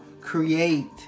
create